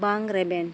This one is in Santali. ᱵᱟᱝ ᱨᱮᱵᱮᱱ